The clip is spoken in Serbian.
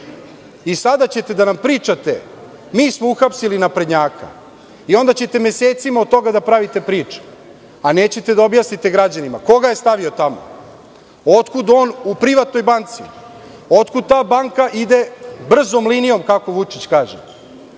Sada ćete da nam pričate – mi smo uhapsili naprednjaka i onda ćete mesecima od toga da pravite priču, a nećete da objasnite građanima ko ga je stavio tamo, odkud on u privatnoj banci, odkud ta banka ide brzom linijom, kako Vučić kaže,